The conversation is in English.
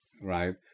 right